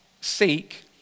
seek